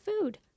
food